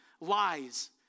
Lies